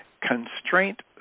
constraint